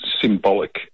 symbolic